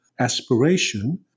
aspiration